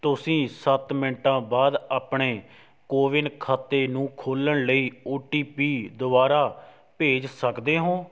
ਤੁਸੀਂ ਸੱਤ ਮਿੰਟਾਂ ਬਾਅਦ ਆਪਣੇ ਕੋਵਿਨ ਖਾਤੇ ਨੂੰ ਖੋਲ੍ਹਣ ਲਈ ਓ ਟੀ ਪੀ ਦੁਬਾਰਾ ਭੇਜ ਸਕਦੇ ਹੋ